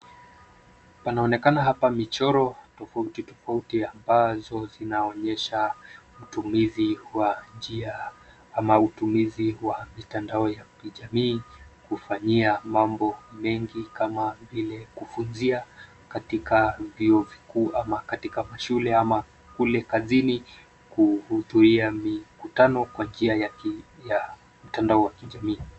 Panaonekana hapa michoro tofauti tofauti ambazo zinaonyesha utumizi wa njia ama utumizi wa mitandao ya kijamii kufanyia mambo mengi kama vile kufunzia katika vyuo vikuu ama katika mashule ama kule kazini kuhudhuria mikutano kwa njia ya mtandao ya kijamii.